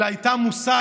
אלא היא הייתה מושג,